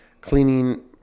cleaning